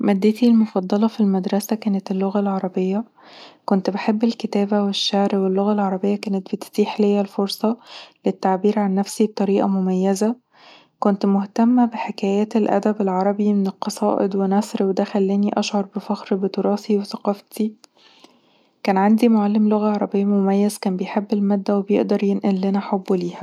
مادتي المفضلة في المدرسة كانت اللغة العربية، كنت بحب الكتابة والشعر، واللغة العربية كانت بتتيح ليا الفرصة للتعبير عن نفسي بطريقة مميزة. كنت مهتمه بحكايات الأدب العربي، من قصائد ونثر، وده خلاني أشعر بفخر بتراثي وثقافتي. كان عندي معلم لغة عربية مميز، كان بيحب المادة وبيقدر ينقل لنا حبه ليها